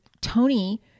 Tony